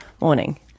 Morning